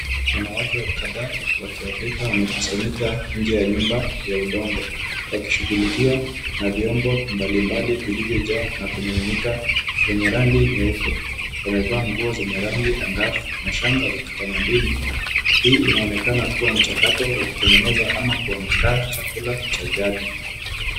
Wanawake kadhaa wa kiafrika wamekusanyika nje ya nyumba ya udongo wakishughulikia na vyombo mbalimbali vilivyojaa na kumiminika vyenye rangi nyeupe. Wamevaa nguo zenye rangi na shanga za kitamaduni. Hii inaonekana kuwa mchakato wa kutengeneza ama kuandaa chakula cha jadi.